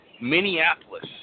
Minneapolis